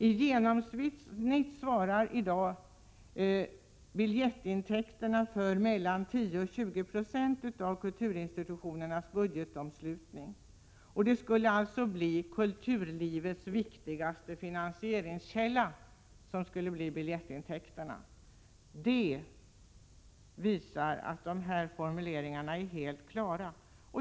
I genomsnitt svarar i dag biljettintäkterna för 10—20 96 av kulturinstitutionernas budgetomslutning. Biljettintäkterna skulle alltså bli kulturlivets viktigaste finansieringskälla. Det visar att formuleringarna är helt klara.